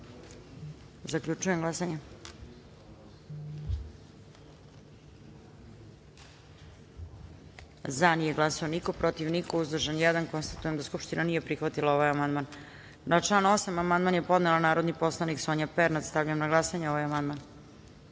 amandman. Zaključujem glasanje: za – niko, protiv – niko, uzdržan – jedan. Konstatujem da Skupština nije prihvatila ovaj amandman. Na član 8. amandman je podnela narodi poslanik Sonja Pernat. Stavljam na glasanje ovaj